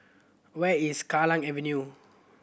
where is Kallang Avenue